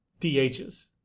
DHs